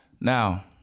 Now